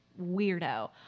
weirdo